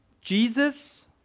Jesus